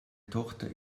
tochter